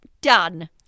done